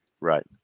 Right